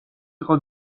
იყო